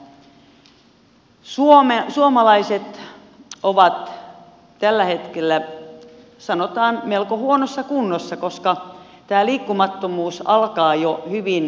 suomalaiset ovat tällä hetkellä sanotaan melko huonossa kunnossa koska tämä liikkumattomuus alkaa jo hyvin pienenä